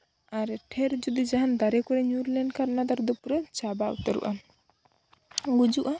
ᱟᱨ ᱴᱷᱮᱹᱨ ᱡᱩᱫᱤ ᱡᱟᱦᱟᱱ ᱫᱟᱨᱮ ᱠᱚᱨᱮ ᱧᱩᱨ ᱞᱮᱱᱠᱷᱟᱱ ᱚᱱᱟ ᱫᱟᱨᱮ ᱫᱚ ᱯᱩᱨᱟᱹ ᱪᱟᱵᱟ ᱩᱛᱟᱹᱨᱚᱜᱼᱟ